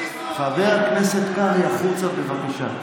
הכניסו אותי, חבר הכנסת קרעי, החוצה, בבקשה.